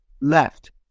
left